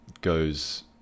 goes